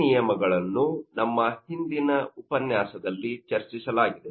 ಈ ನಿಯಮಗಳನ್ನು ನಮ್ಮ ಹಿಂದಿನ ಉಪನ್ಯಾಸದಲ್ಲಿ ಚರ್ಚಿಸಲಾಗಿದೆ